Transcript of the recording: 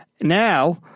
Now